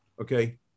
Okay